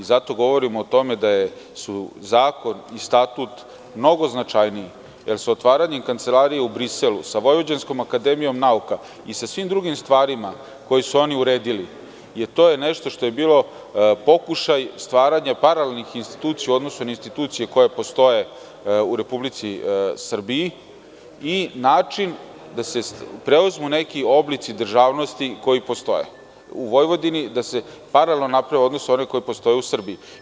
Zato govorim o tome da su zakon i Statut mnogo značajniji jer sa otvaranjem kancelarije u Briselu, sa Vojvođanskom akademijom nauka i sa svim drugim stvarima koje su oni uredili, to je nešto što je bilo pokušaj stvaranja paralelnih institucija u odnosu na institucije koje postoje u Republici Srbiji i način da se preuzmu neki oblici državnosti koji postoje u Vojvodini da se paralelno naprave u odnosu na one koji postoje u Srbiji.